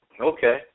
Okay